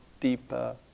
deeper